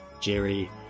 Jerry